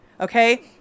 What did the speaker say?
Okay